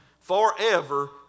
forever